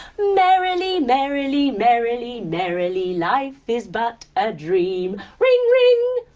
merrily merrily merrily merrily, life is but a dream ring ring,